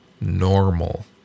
normal